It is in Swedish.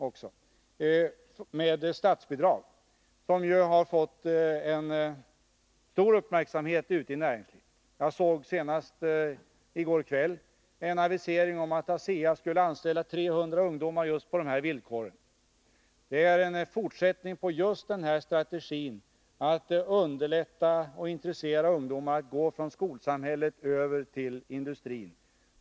Dessa satsningar har fått stor uppmärksamhet ute i näringslivet. Jag såg senast i går kväll en avisering om att ASEA skulle anställa 300 ungdomar just på de villkoren. Det är en fortsättning på strategin att intressera och underlätta för ungdomar att från skolsamhället gå över till industrin.